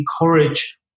encourage